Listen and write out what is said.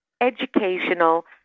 educational